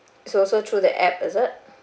so also through the app is it